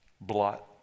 Blot